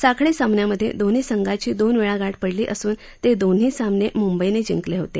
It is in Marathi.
साखळी सामन्यांमधे दोन्ही संघांची दोन वेळा गाठ पडली असून ते दोन्ही सामने मुंबईनं जिंकले होते